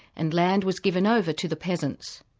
and land was given over to the peasants.